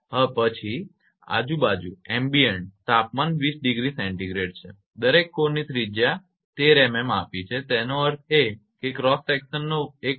પછી આજુબાજુનું તાપમાન 20°𝐶 છે દરેક કોરની ત્રિજ્યા 13 mm આપી છે તેનો અર્થ એ કે ક્રોસ સેક્શનનો 1